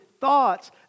thoughts